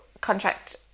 contract